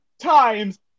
times